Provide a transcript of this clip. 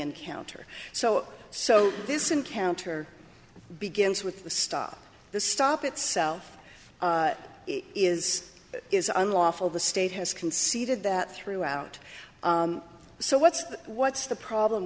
encounter so so this encounter begins with the stop the stop itself is it is unlawful the state has conceded that throughout so what's what's the problem